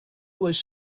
was